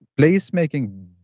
placemaking